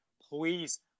please